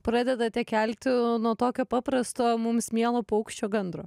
pradedate kelti nuo tokio paprasto mums mielo paukščio gandro